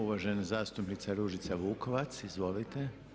Uvažena zastupnica Ružica Vukovac, izvolite.